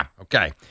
Okay